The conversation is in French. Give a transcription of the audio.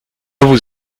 vous